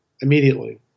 immediately